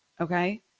okay